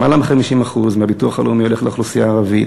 למעלה מ-50% מהביטוח הלאומי הולך לאוכלוסייה הערבית,